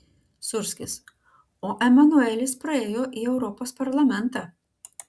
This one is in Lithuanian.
sūrskis o emanuelis praėjo į europos parlamentą